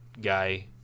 guy